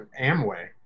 amway